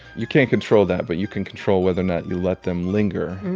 you can't control that, but you can control whether or not you let them linger